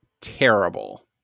terrible